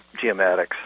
geomatics